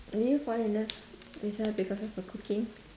will you fall in love with her because of her cooking